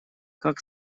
как